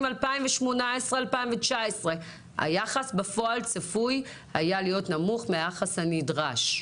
2019-2018 היחס בפועל צפוי היה להיות נמוך מהיחס הנדרש".